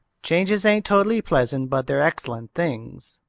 changes ain't totally pleasant but they're excellent things,